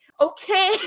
okay